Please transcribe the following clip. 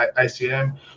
icm